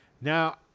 now